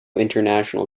international